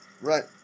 Right